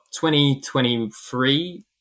2023